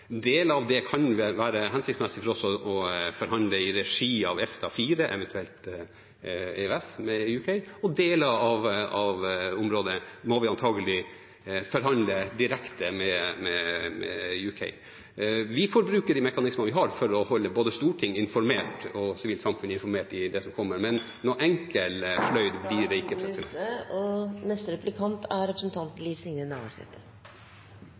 deler av det kan kanskje gå parallelt med EU, deler av det som tilhører EØS-avtalen i dag. Deler av det kan det være hensiktsmessig for oss å forhandle i regi av EFTA-4, eventuelt EØS, med Storbritannia, og deler av området må vi antagelig forhandle direkte med Storbritannia. Vi får bruke de mekanismene vi har for å holde både Stortinget og sivilsamfunnet informert om det som kommer, men enkelt blir det ikke